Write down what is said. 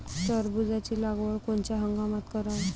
टरबूजाची लागवड कोनत्या हंगामात कराव?